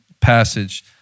passage